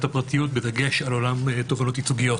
הפרטיות בדגש על עולם תובענות ייצוגיות.